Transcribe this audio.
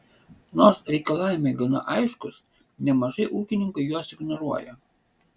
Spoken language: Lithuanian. nors reikalavimai gana aiškūs nemažai ūkininkų juos ignoruoja